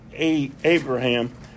Abraham